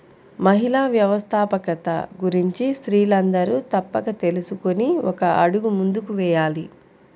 మహిళా వ్యవస్థాపకత గురించి స్త్రీలందరూ తప్పక తెలుసుకొని ఒక అడుగు ముందుకు వేయాలి